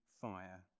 fire